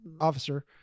officer